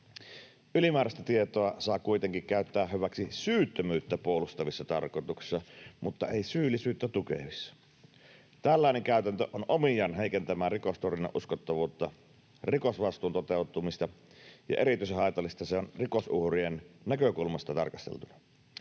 Ylimääräistä tietoa saa kuitenkin käyttää hyväksi syyttömyyttä puolustavissa tarkoituksissa mutta ei syyllisyyttä tukevissa. Tällainen käytäntö on omiaan heikentämään rikostorjunnan uskottavuutta ja rikosvastuun toteutumista, ja erityisen haitallista se on rikosuhrien näkökulmasta tarkasteltuna.